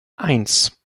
eins